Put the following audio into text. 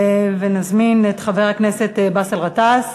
נזמין את חבר הכנסת באסל גטאס.